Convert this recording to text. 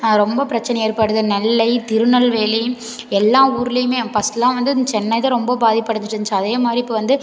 ரொம்ப பிரச்சினை ஏற்படுது நெல்லை திருநெல்வேலி எல்லா ஊர்லியுமே ஃபஸ்ட்லாம் வந்து இந்த சென்னை தான் ரொம்ப பாதிப்படைஞ்சுட்ருந்துச்சு அதே மாதிரி இப்போ வந்து